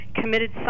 committed